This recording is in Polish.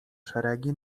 szeregi